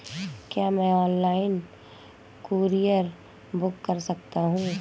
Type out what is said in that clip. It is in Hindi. क्या मैं ऑनलाइन कूरियर बुक कर सकता हूँ?